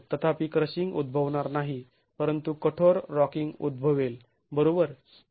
तथापि क्रशिंग उद्भवणार नाही परंतु कठोर रॉकिंग उद्भवेल बरोबर